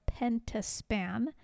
Pentaspan